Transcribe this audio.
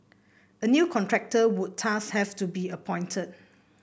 a new contractor would thus have to be appointed